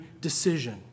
decision